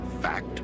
Fact